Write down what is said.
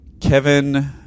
Kevin